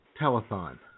telethon